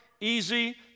Easy